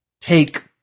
take